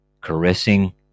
caressing